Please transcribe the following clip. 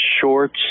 shorts